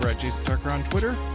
but jason tucker and but